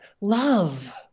love